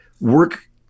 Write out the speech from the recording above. work